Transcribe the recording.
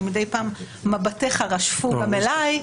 כי מדי פעם מבטיך רשפו גם אליי.